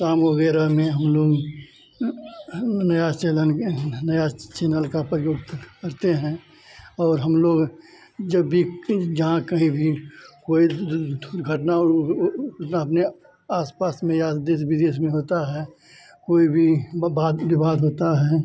सामो बेरा में हम लोग नया चेलन नया चैनल का प्रयोग करते हैं और हम लोग जब भी जहाँ कहीं भी कोई घटना अपने आस पास में या देश विदेश में होता है कोई भी वाद विवाद होता है